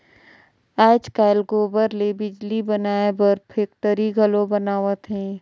आयज कायल गोबर ले बिजली बनाए बर फेकटरी घलो बनावत हें